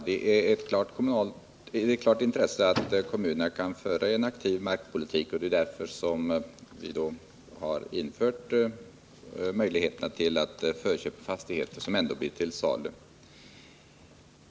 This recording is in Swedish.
Herr talman! Det är ett klart intresse att kommunerna skall kunna föra en aktiv markpolitik. Det är därför vi har infört möjlighet för dem till förköp av fastigheter som ändå blir till salu.